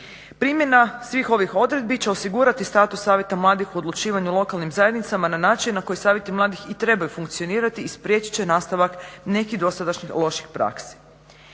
Primjena svih ovih odredbi će osigurati status savjeta mladih o odlučivanju lokalnim zajednicama na način na koji savjeti mladih i trebaju funkcionirati i spriječiti će nastavak nekih dosadašnjih loših praksi.